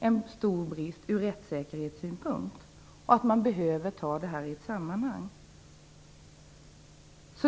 en stor brist ur rättssäkerhetssynpunkt och att man behöver behandla detta i ett sammanhang.